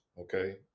Okay